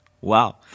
Wow